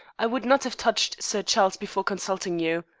i would not have touched sir charles before consulting you.